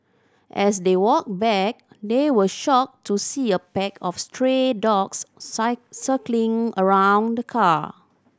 as they walked back they were shocked to see a pack of stray dogs site circling around the car